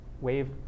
wave